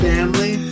Family